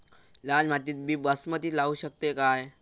लाल मातीत मी बासमती लावू शकतय काय?